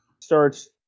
starts